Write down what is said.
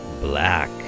Black